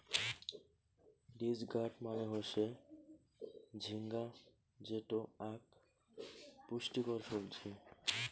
ridge gourd মানে হসে ঝিঙ্গা যেটো আক পুষ্টিকর সবজি